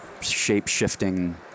shape-shifting